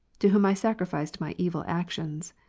to whom i sacrificed my evil actions,